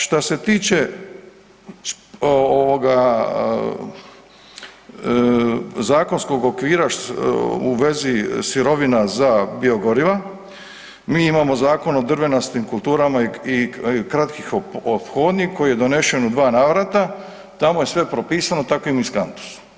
Šta se tiče ovoga zakonskog okvira u vezi sirovina za biogoriva, mi imamo Zakon o drvenastim kulturama i kratkih ophodnji koji je donesen u dva navrata, tamo je sve propisano, tako i o miskantusu.